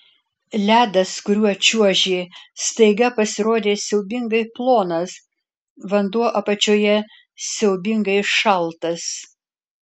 ledas kuriuo čiuožė staiga pasirodė siaubingai plonas vanduo apačioje siaubingai šaltas